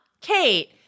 Kate